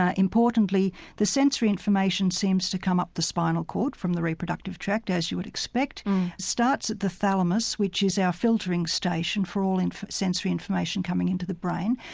ah importantly the sensory information seems to come up the spinal cord from the reproductive tract as you would expect, it starts at the thalamus which is our filtering station for all and sensory information coming into the brain.